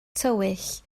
tywyll